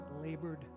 labored